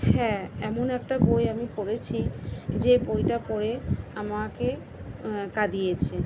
হ্যাঁ এমন একটা বই আমি পড়েছি যে বইটা পড়ে আমাকে কাঁদিয়েছে